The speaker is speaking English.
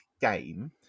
game